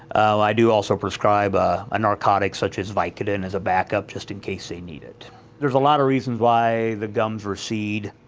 i do also prescribe ah a narcotic such as vicodin as a back-up just in case they need it. there are a lot of reasons why the gums recede,